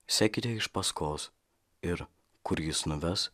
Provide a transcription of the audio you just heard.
sekite iš paskos ir kur jis nuves